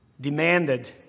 demanded